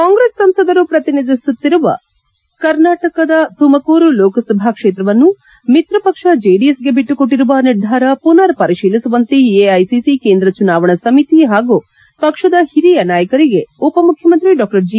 ಕಾಂಗ್ರೆಸ್ ಸಂಸದರು ಪ್ರತಿನಿಧಿಸುತ್ತಿರುವ ಶುಮಕೂರು ಲೋಕಸಭಾ ಕ್ಷೇತ್ರವನ್ನು ಮಿತ್ರ ಪಕ್ಷ ಜೆಡಿಎಸ್ಗೆ ಬಿಟ್ಟುಕೊಟ್ಟಿರುವ ನಿರ್ಧಾರ ಮನರ್ ಪರಿಶೀಲಿಸುವಂತೆ ಎಐಸಿಸಿ ಕೇಂದ್ರ ಚುನಾವಣಾ ಸಮಿತಿ ಹಾಗೂ ಪಕ್ಷದ ಹಿರಿಯ ನಾಯಕರಿಗೆ ಉಪಮುಖ್ಯಮಂತ್ರಿ ಡಾ ಜಿ